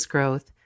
Growth